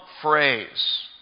phrase